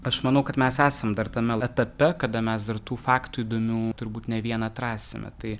aš manau kad mes esam dar tame etape kada mes dar tų faktų įdomių turbūt ne vieną atrasime tai